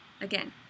again